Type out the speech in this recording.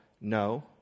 no